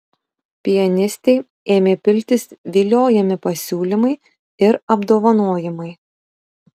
pianistei ėmė piltis viliojami pasiūlymai ir apdovanojimai